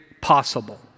possible